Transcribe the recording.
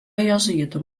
jėzuitų